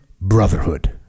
brotherhood